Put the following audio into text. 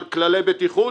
על כללי בטיחות,